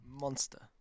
Monster